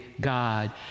God